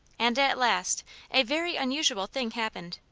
and at last a very unusual thing happened.